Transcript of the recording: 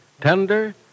Tender